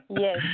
Yes